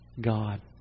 God